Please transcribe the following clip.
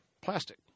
plastic